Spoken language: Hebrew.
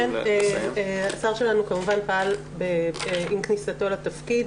השר שלנו כמובן פעל עם כניסתו לתפקיד